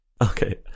Okay